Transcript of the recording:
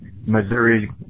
Missouri